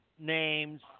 Names